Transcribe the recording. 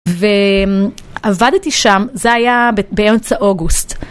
ועבדתי שם, זה היה באמצע אוגוסט.